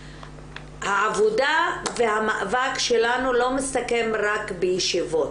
העבודה והמאבק שלנו לא מסתכם רק בישיבות.